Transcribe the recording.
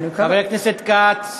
חבר הכנסת כץ,